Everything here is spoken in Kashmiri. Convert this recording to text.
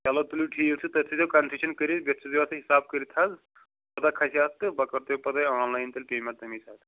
چلو تُلِو ٹھیٖک چھُ تُہۍ تھٲوزیٚو کَنسیشَن کٔرِتھ بیٚیہِ تھٲوزیٚو اَتھ حِساب کٔرِتھ حظ کوتاہ کھسہِ اَتھ تہٕ بہٕ کَرٕ تۅہہِ پتہٕ آن لایِن تیٚلہِ پیمٮ۪نٛٹ تَمی ساتہٕ